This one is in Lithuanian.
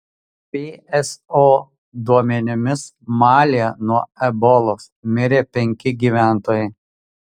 pso duomenimis malyje nuo ebolos mirė penki gyventojai